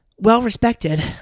well-respected